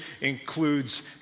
includes